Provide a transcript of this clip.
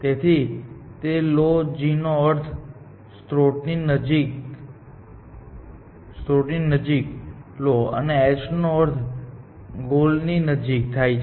તેથી low g નો અર્થ સ્ત્રોતની નજીક લૉ h નો અર્થ ગોલ ની નજીક થાય છે